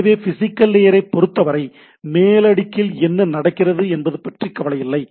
எனவே பிசிகல் லேயரைப் பொருத்தவரை மேல் அடுக்கில் என்ன நடக்கிறது என்பது பற்றி கவலை இல்லை